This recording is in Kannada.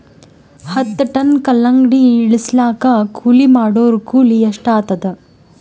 ಹತ್ತ ಟನ್ ಕಲ್ಲಂಗಡಿ ಇಳಿಸಲಾಕ ಕೂಲಿ ಮಾಡೊರ ಕೂಲಿ ಎಷ್ಟಾತಾದ?